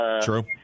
True